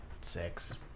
Six